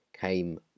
came